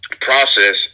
process